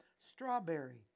strawberry